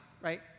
right